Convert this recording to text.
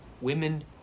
women